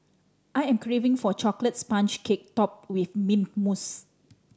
I am craving for a chocolate sponge cake topped with mint mousse